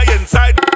inside